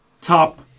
top